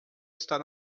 está